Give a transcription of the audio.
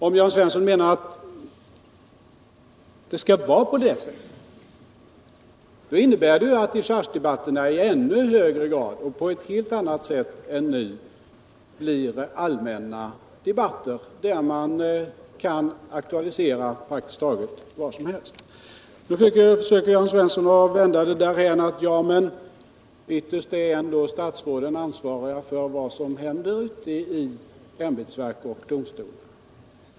Om Jörn Svensson menar att det skall vara på det sättet, innebär det ju att dechargedebatterna i ännu högre grad och på ett helt annat sätt än nu blir allmänna debatter, där man kan aktualisera praktiskt taget vad som helst. Nu försöker Jörn Svensson vända det därhän att statsråden ändå ytterst är ansvariga för vad som händer ute i ämbetsverk och domstolar.